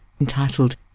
entitled